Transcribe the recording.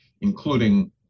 including